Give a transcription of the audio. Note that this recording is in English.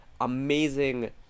amazing